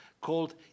called